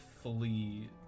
fully